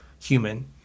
human